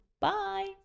Bye